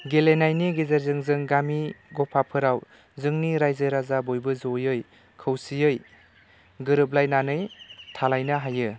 गेलेनायनि गेजेरजों जों गामि गफाफोराव जोंनि रायजो राजा बयबो जयै खौसेयै गोरोबलायनानै थालायनो हायो